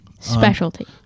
Specialty